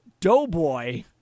Doughboy